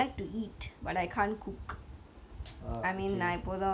சமைக்கிறது எல்லாம்:samaikirathu elaam I mean that's everyone